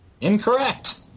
Incorrect